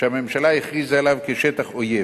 שהממשלה הכריזה עליו כשטח אויב.